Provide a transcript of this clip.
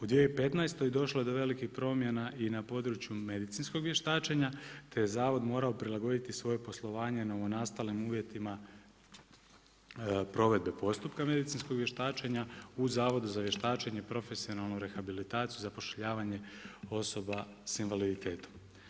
U 2015. došlo je do velikih promjena i na području medicinskog vještačenja te je zavod morao prilagoditi svoje poslovanje novonastalim uvjetima provedbe postupka medicinskog vještačena u Zavodu za vještačenje, profesionalnu rehabilitaciju, zapošljavanje osoba sa invaliditetom.